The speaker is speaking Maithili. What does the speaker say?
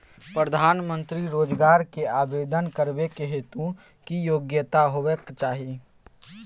प्रधानमंत्री रोजगार के आवेदन करबैक हेतु की योग्यता होबाक चाही?